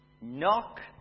Knock